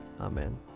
Amen